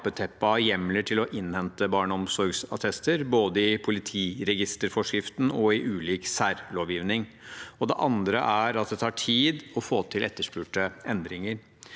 hjemler til å innhente barneomsorgsattester, både i politiregisterforskriften og i ulik særlovgivning. Det andre er at det tar tid å få til etterspurte endringer.